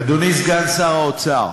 אדוני סגן שר האוצר,